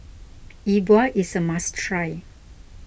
E Bua is a must try